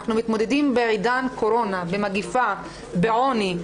אנחנו מתמודדים בעידן הקורונה, במגפה, בעוני.